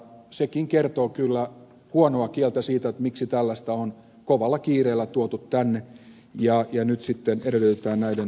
sekin kertoo kyllä huonoa kieltä siitä miksi tällainen esitys on kovalla kiireellä tuotu tänne ja nyt sitten edellytetään tämän hyväksymistä